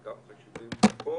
חלקם חשובים פחות.